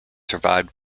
survived